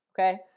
Okay